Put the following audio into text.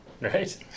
right